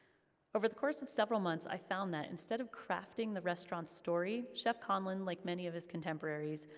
over the course of several months, i found that instead of crafting the restaurant's story, chef conlon, like many of his contemporaries,